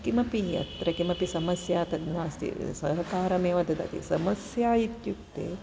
किमपि अत्र किमपि समस्या तद् नास्ति सहकारमेव ददाति समस्या इत्युक्ते